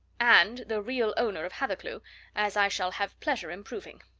and the real owner of hathercleugh as i shall have pleasure in proving.